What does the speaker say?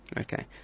Okay